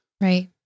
right